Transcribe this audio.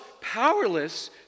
powerless